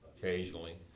Occasionally